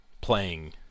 playing